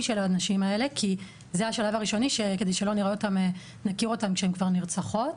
של הנשים האלה כי זה השלב הראשוני כדי שלא נכיר אותן כשהן כבר נרצחות.